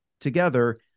Together